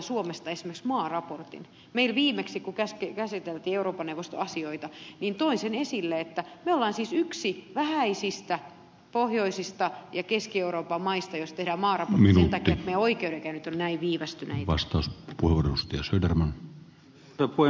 kun meillä viimeksi käsiteltiin euroopan neuvoston asioita toin sen esille että me olemme yksi harvoista pohjoisista ja keski euroopan maista joista tehdään maaraportti sen takia että meidän oikeudenkäyntimme ovat näin viivästyneitä